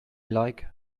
like